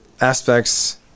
aspects